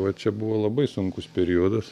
va čia buvo labai sunkus periodas